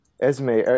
Esme